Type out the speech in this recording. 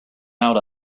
out